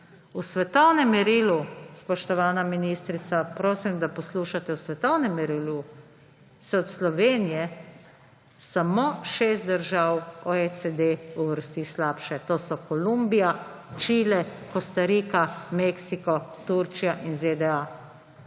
V svetovnem merilu – spoštovana ministrica, prosim, da poslušate –, v svetovnem merilu se od Slovenije samo šest držav OECD uvrsti slabše. To so Kolumbija, Čile, Kostarika, Meksiko, Turčija in ZDA.